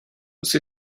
você